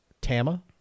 Tama